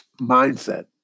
Mindset